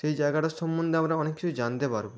সেই জায়গাটার সম্বন্ধে আমরা অনেক কিছু জানতে পারব